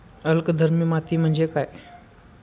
अल्कधर्मी माती म्हणजे काय?